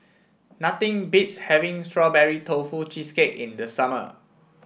nothing beats having Strawberry Tofu Cheesecake in the summer